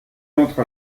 entre